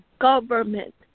government